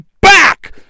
back